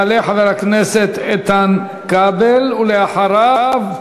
יעלה חבר הכנסת איתן כבל, ואחריו,